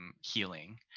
healing